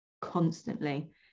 constantly